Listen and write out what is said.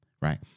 right